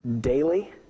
daily